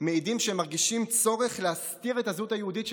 מעידים שהם מרגישים צורך להסתיר את הזהות היהודית שלהם.